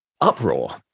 uproar